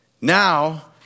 Now